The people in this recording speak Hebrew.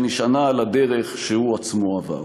שנשענה על הדרך שהוא עצמו עבר.